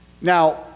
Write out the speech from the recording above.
Now